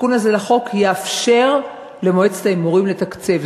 התיקון הזה לחוק יאפשר למועצת ההימורים לתקצב.